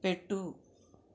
పెట్టు